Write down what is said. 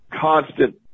constant